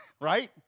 right